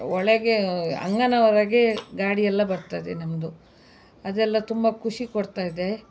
ಒಳಗೆ ಅಂಗನವರಗೆ ಗಾಡಿಯೆಲ್ಲ ಬರ್ತದೆ ನಮ್ಮದು ಅದೆಲ್ಲ ತುಂಬ ಖುಷಿ ಕೊಡ್ತಾಯಿದೆ